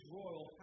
royal